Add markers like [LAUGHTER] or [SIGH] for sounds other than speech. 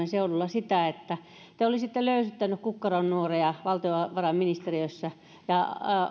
[UNINTELLIGIBLE] seudulla sitä että te olisitte löystyttänyt kukkaron nyörejä valtiovarainministeriössä ja